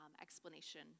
explanation